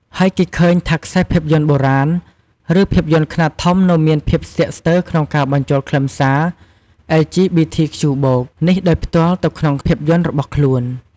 ហើយគេឃើញថាខ្សែភាពយន្តបុរាណ ឬភាពយន្ដខ្នាតធំនៅមានភាពស្ទាក់ស្ទើរក្នុងការបញ្ចូលខ្លឹមសារ អិល ជី ប៊ី ធី ខ្ជូ បូក (LGBTQ+) នេះដោយផ្ទាល់ទៅក្នុងភាពយន្ដរបស់ខ្លួន។